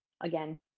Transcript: again